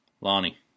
Lonnie